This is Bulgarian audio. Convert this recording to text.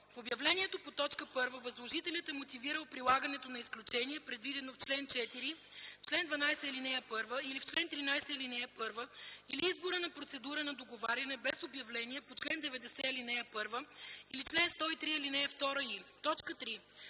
в обявлението по т. 1 възложителят е мотивирал прилагането на изключение, предвидено в чл. 4, чл. 12, ал. 1 или в чл. 13, ал. 1, или избора на процедура на договаряне без обявление по чл. 90, ал. 1 или чл. 103, ал. 2, и 3.